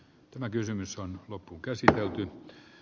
tämä kysymys on loppuun käsitelty